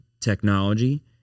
technology